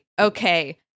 okay